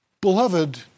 beloved